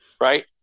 right